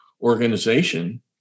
organization